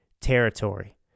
territory